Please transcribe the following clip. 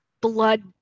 blood